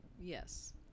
Yes